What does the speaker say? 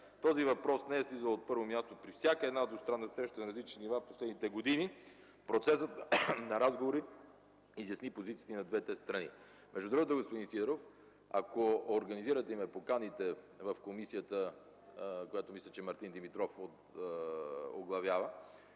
Този въпрос не е слизал от първото място при всяка двустранна среща на различни нива в последните години. Процесът на разговори изясни позициите и на двете страни. Между другото, господин Сидеров, ако организирате и ме поканите в Икономическата комисия, която Мартин Димитров оглавява,